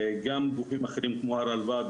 גם גופים אחרים כמו הרלב"ד,